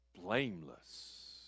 blameless